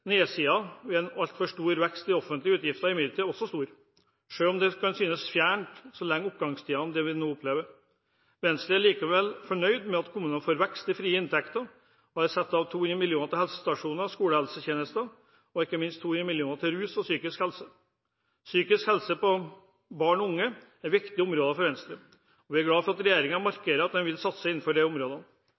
ved en altfor stor vekst i offentlige utgifter er imidlertid også stor, selv om det kan synes fjernt i de oppgangstidene vi nå opplever. Venstre er likevel fornøyd med at kommunene får en vekst i frie inntekter, og at det er satt av 200 mill. kr til helsestasjoner og skolehelsetjenesten, og ikke minst 200 mill. kr til rus og psykisk helse. Psykisk helse og barn og unge er viktige områder for Venstre, og vi er glad for at regjeringen markerer at en vil satse innenfor disse områdene.